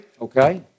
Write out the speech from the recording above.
Okay